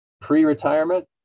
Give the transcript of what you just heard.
pre-retirement